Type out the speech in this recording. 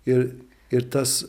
ir ir tas